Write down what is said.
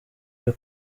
byo